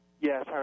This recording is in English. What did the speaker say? Yes